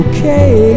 Okay